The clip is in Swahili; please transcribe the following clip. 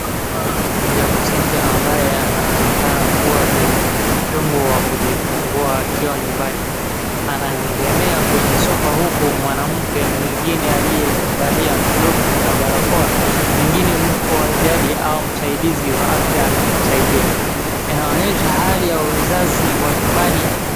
Mama mjamzito ambaye anaonekana kuwa kwenye uchungu wa kujifungua akiwa nyumbani. Anaegemea kwenye sofa huku mwanamke mwingine aliyevalia glovu na barakoa, pengine mke wa ijadi au msaidizi wa afya akimsaidia. Inaonyesha hali ya uzazi wa nyumbani.